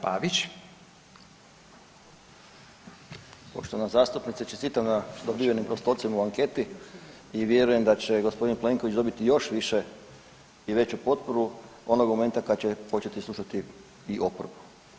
Poštovana zastupnice čestitam na dobivenim postocima u anketi i vjerujem da će gospodin Plenković dobiti još više i veću potporu onog momenta kad će početi slušati i oporbu.